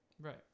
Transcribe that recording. Right